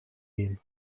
gehen